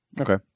Okay